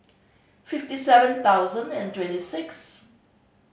fifty seven thousand and twenty six